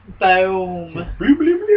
boom